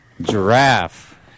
Giraffe